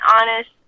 honest